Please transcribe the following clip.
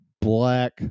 black